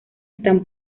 están